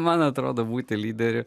man atrodo būti lyderiu